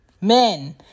Men